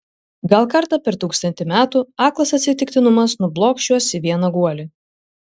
gal kartą per tūkstantį metų aklas atsitiktinumas nublokš juos į vieną guolį